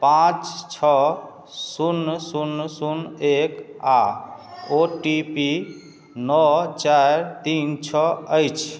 पाँच छओ शून्य शून्य एक आ ओ टी पी नओ चारि तीन छओ अछि